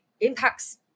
impacts